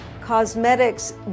Cosmetics